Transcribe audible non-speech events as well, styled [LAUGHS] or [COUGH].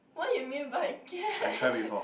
what you mean by [LAUGHS] get